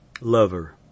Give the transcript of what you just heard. lover